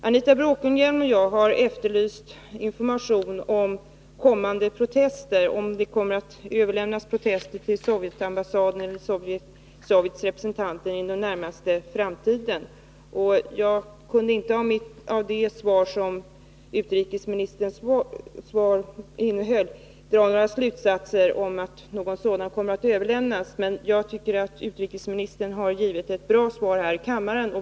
Anita Bråkenhielm och jag har efterlyst information om kommande protester — om det kommer att överlämnas någon protest till Sovjetambassaden eller Sovjets representanter inom den närmaste framtiden. Jag kunde inte av innehållet i utrikesministerns svar dra några slutsatser om att någon sådan protest kommer att överlämnas, men jag tycker att utrikesministern har givit ett bra svar här i kammaren.